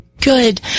good